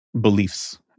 beliefs